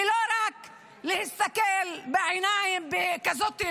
ולא רק להסתכל בעיניים בכזאת,